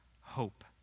hope